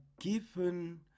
given